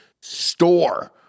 store